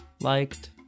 Liked